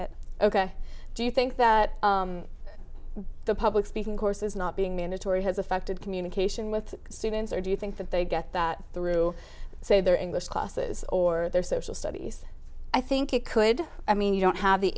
it ok do you think that the public speaking course is not being mandatory has affected communication with students or do you think that they get that through so their english classes or their social studies i think it could i mean you don't have the